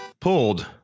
pulled